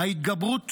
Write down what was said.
ההתגברות